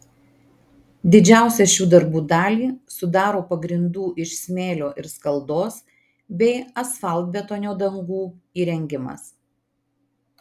didžiausią šių darbų dalį sudaro pagrindų iš smėlio ir skaldos bei asfaltbetonio dangų įrengimas